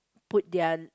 put their